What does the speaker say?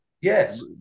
Yes